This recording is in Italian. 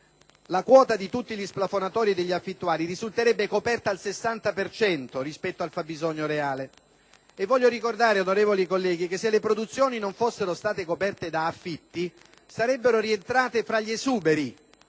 la quota di tutti gli splafonatori e degli affittuari risulterebbe coperta al 60 per cento rispetto al fabbisogno reale. Ricordo, onorevoli colleghi, che se le produzioni non fossero state coperte da affitti, sarebbero rientrate fra gli esuberi.